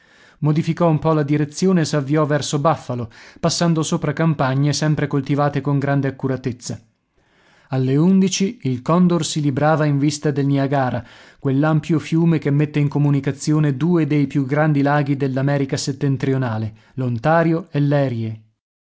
modificò un po la direzione e s'avviò verso buffalo passando sopra campagne sempre coltivate con grande accuratezza alle undici il condor si librava in vista del niagara quell'ampio fiume che mette in comunicazione due dei più grandi laghi dell'america settentrionale l'ontario e l'erie